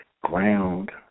Ground